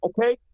okay